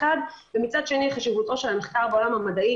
אבל אני עושה את זה כדי לחסוך סבל לבני אדם.